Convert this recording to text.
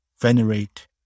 venerate